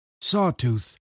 Sawtooth